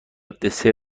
دسر